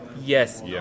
Yes